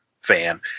fan